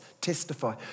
testify